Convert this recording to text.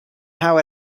how